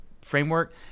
framework